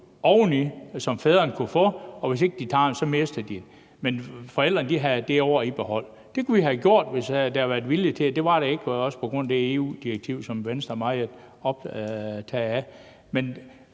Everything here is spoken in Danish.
som fædrene kunne få, og hvis ikke de tager det, mister de dem, og forældrene havde det år i behold. Det kunne vi have gjort, hvis der havde været vilje til det. Det var der ikke, også på grund af det EU-direktiv, som Venstre er meget optaget af.